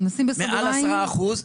מעל עשרה אחוז,